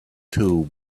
too